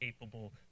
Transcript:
capable